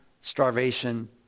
starvation